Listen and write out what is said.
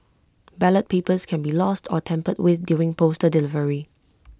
ballot papers can be lost or tampered with during postal delivery